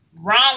wrong